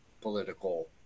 political